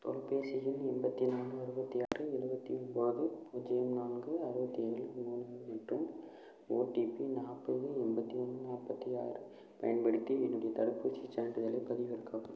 தொலைபேசி எண் எண்பத்தி நாலு அறுபத்தி ஆறு எழுவத்தி ஒன்போது பூஜ்யம் நான்கு அறுபத்தி ஏழு மூணு மற்றும் ஓடிபி நாற்பது எண்பத்தி ஒன்று நாற்பத்தி ஆறு பயன்படுத்தி என்னுடைய தடுப்பூசிச் சான்றிதழை பதிவிறக்கவும்